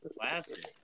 classic